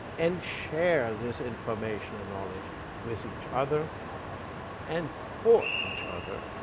and share this information and knowledge with each other and for each other,